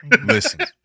Listen